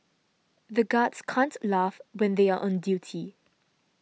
the guards can't laugh when they are on duty